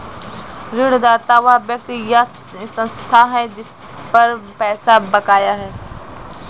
ऋणदाता वह व्यक्ति या संस्था है जिस पर पैसा बकाया है